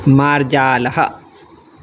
मार्जालः